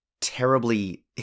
terribly